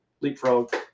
leapfrog